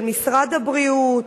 של משרד הבריאות,